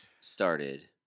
Started